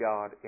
God